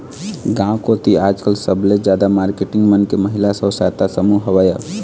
गांव कोती आजकल सबले जादा मारकेटिंग मन के महिला स्व सहायता समूह हवय